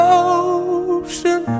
ocean